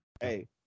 Hey